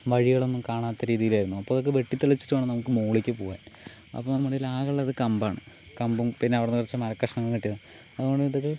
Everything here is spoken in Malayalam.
വഴികളൊന്നും കാണാത്ത രീതിയിലായിരുന്നു അപ്പോൾ അതൊക്കെ വെട്ടിത്തെളിച്ചിട്ട് വേണം നമുക്ക് മുകളിലേക്ക് പോകാൻ അപ്പോൾ നമ്മുടെ കയ്യിലാകെയുള്ളത് കമ്പാണ് കമ്പും പിന്നെ അവിടെ നിന്ന് കുറച്ച് മരക്കഷ്ണങ്ങൾ കിട്ടിയിരുന്നു അതുകൊണ്ട്